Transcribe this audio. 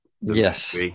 Yes